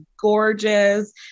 gorgeous